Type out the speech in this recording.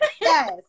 Yes